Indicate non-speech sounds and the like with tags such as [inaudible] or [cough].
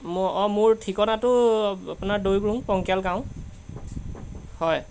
[unintelligible] মোৰ ঠিকনাটো আপোনাৰ [unintelligible] পংকীয়াল গাঁও হয়